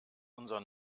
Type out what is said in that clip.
unser